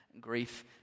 grief